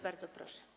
Bardzo proszę.